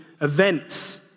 events